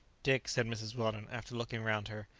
dick, said mrs. weldon, after looking round her,